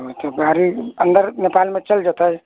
तऽ गाड़ी अन्दर नेपालमे चलि जेतै